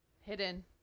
Hidden